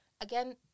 Again